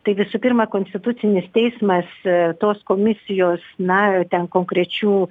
tai visų pirma konstitucinis teismas tos komisijos nario ten konkrečių